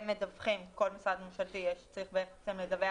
כל משרד ממשלתי צריך לדווח,